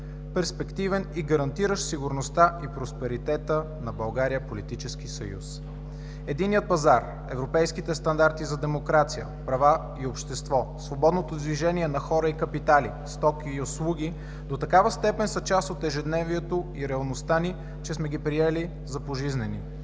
перспективен и гарантиращ сигурността и просперитета на България политически съюз. Единният пазар, европейските стандарти за демокрация, права и общество, свободното движение на хора и капитали, стоки и услуги до такава степен са част от ежедневието и реалността ни, че сме ги приели за пожизнени.